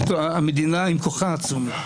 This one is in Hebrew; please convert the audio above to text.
המדינה עם כוחה העצום.